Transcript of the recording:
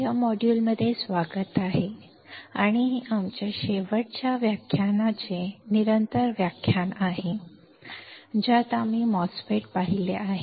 या मॉड्यूलमध्ये स्वागत आहे आणि हे आमच्या शेवटच्या व्याख्यानाचे निरंतर व्याख्यान आहे ज्यात आम्ही MOSFET पाहिले आहे